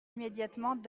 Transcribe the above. immédiatement